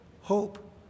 hope